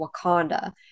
Wakanda